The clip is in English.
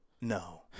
No